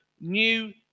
new